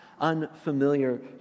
unfamiliar